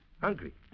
Hungry